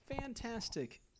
Fantastic